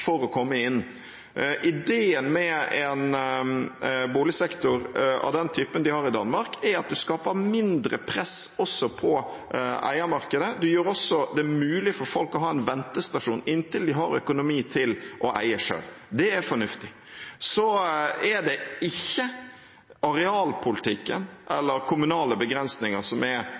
for å komme inn. Ideen med en boligsektor av den typen de har i Danmark, er at en skaper mindre press også på eiermarkedet. Det gjør det også mulig for folk å ha en ventestasjon til de har økonomi til å eie selv. Det er fornuftig. Så er det ikke arealpolitikken eller kommunale begrensninger som er